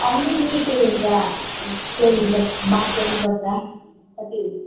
आउनु नि के हुन्छ के लिन्छ बात गर्नुपर्छ कति हु